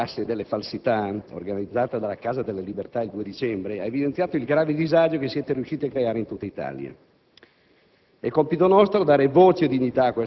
La manifestazione contro il Governo delle tasse e delle falsità, organizzata dalla Casa delle Libertà il 2 dicembre scorso, ha evidenziato il grave disagio che siete riusciti a creare in tutta Italia.